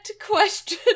question